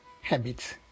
habits